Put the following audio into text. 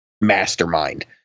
mastermind